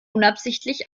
unabsichtlich